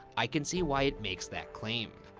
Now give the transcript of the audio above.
i can see why it makes that claim.